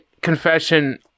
confession